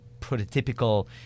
prototypical